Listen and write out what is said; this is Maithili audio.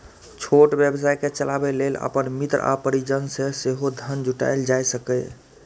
छोट व्यवसाय कें चलाबै लेल अपन मित्र आ परिजन सं सेहो धन जुटायल जा सकैए